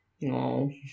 No